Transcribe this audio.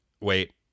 Wait